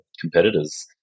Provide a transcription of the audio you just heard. competitors